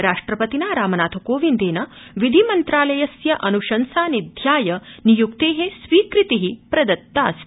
राष्ट्रपतिना रामनाथ कोविन्देन विधिमन्त्रालयस्य अन्शंसां निध्याय नियुक्ते स्वीकृति प्रदत्तास्ति